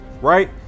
right